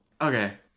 Okay